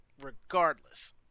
regardless